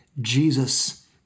Jesus